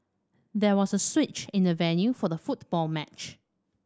there was a switch in the venue for the football match